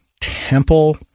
Temple